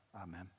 Amen